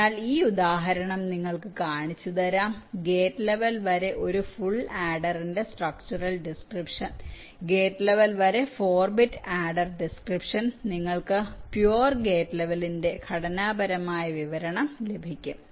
അതിനാൽ ഈ ഉദാഹരണം നിങ്ങൾക്ക് കാണിച്ചുതരാം ഗേറ്റ് ലെവൽ വരെ ഒരു ഫുൾ ആഡറിന്റെ സ്ട്രക്ച്ചറൽ ഡിസ്ക്രിപ്ഷൻ ഗേറ്റ് ലെവൽ വരെ 4 ബിറ്റ് ആഡ്ഡർ ഡിസ്ക്രിപ്ഷൻ നിങ്ങൾക്ക് പൃുവർ ഗേറ്റ് ലെവലിന്റെ ഘടനാപരമായ വിവരണം ലഭിക്കും